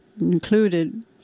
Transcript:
included